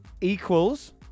Equals